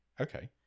Okay